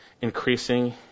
Increasing